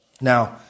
Now